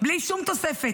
בלי שום תוספת.